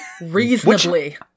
reasonably